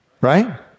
right